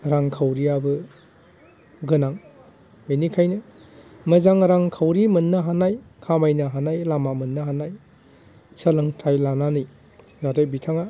रांखावरियाबो गोनां बेनिखायनो मोजां रांखावरि मोननो हानाय खामायनो हानाय लामा मोननो हानाय सोलोंथाइ लानानै जाहाथे बिथाङा